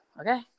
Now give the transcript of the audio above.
okay